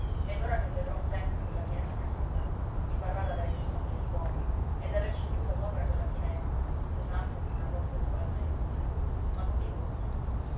ed ora che vedrò sempre quella finestra chiusa mi parrà d'avere chiuso anche il cuore e d'averci chiusa sopra quella finestra pesante come una porta di palmento ma così vuol dio